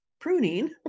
pruning